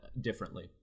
differently